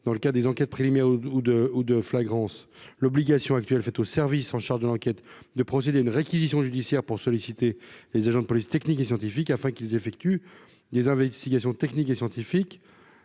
dans le cas des enquêtes préliminaires ou de ou de flagrance l'obligation actuelle faite au service en charge de l'enquête de procéder à une réquisition judiciaire pour solliciter les agents de police technique et scientifique, afin qu'ils effectuent des investigations techniques et scientifiques